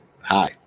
hi